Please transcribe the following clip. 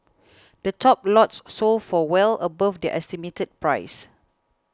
the top lots sold for well above their estimated price